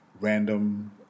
random